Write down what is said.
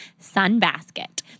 Sunbasket